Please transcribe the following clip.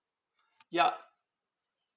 ya